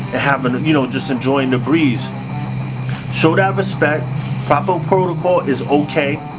it happened, and you know, just enjoying the breeze show that respect proper protocol is okay.